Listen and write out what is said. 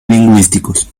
lingüísticos